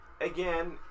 Again